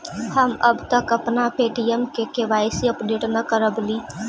हम अब तक अपना पे.टी.एम का के.वाई.सी अपडेट न करवइली